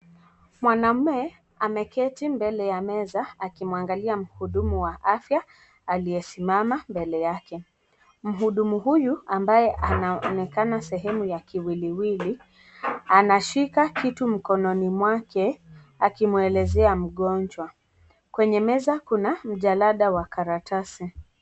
Mwanamume ameketi mbele ya meza akimwangalia mhudumu wa afya aliyesimama mbele yake. Mhudumu huyu ambaye anaonekana sehemu ya kiwiliwili anashika kitu mkononi mwake akimwelezea mgonjwa. Kwenye meza kuna mjalada wa karatasi.